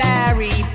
Larry